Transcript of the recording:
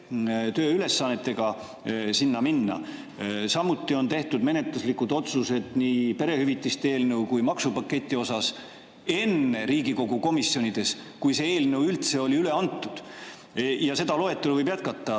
tööülesannetega, sinna minna. Samuti on tehtud menetluslikud otsused nii perehüvitiste eelnõu kui ka maksupaketi kohta Riigikogu komisjonides enne, kui see eelnõu üldse oli üle antud. Seda loetelu võib jätkata.